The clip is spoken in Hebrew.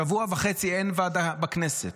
שבוע וחצי אין ועדה בכנסת.